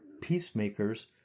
peacemakers